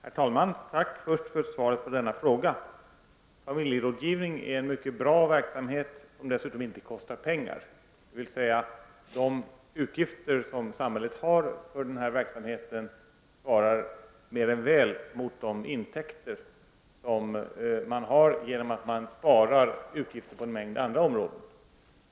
Herr talman! Först vill jag tacka för svaret på min fråga. Familjerådgivning är en mycket bra verksamhet som dessutom inte kostar pengar, dvs. samhällets utgifter för denna verksamhet svarar mer än väl mot de intäkter som man får genom att man sparar utgifter på en mängd andra områden.